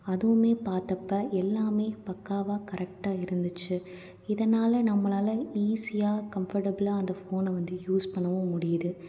அதுவுமே பார்த்தப்ப எல்லாமே பக்கவாக கரெக்டாக இருந்துச்சு இதனால் நம்மளால் ஈஸியாக கம்ஃபர்டபுளாக அந்த ஃபோனை வந்து யூஸ் பண்ணவும் முடியுது